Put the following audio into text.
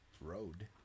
road